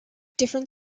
different